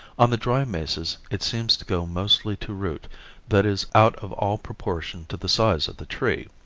on the dry mesas it seems to go mostly to root that is out of all proportion to the size of the tree.